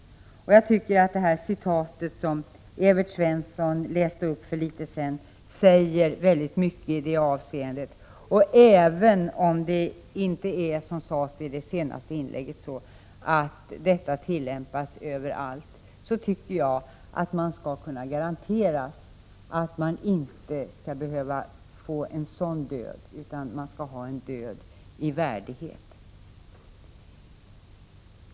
Jag tycker att det citat som Evert Svensson anförde för en stund sedan säger mycket i det avseendet. Även om detta förfarande — som sades i det senaste inlägget — inte tillämpas överallt, tycker jag att man skall kunna garanteras att inte behöva få en sådan död, utan en död i värdighet.